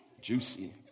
Juicy